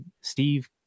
Steve